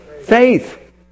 Faith